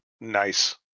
Nice